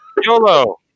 YOLO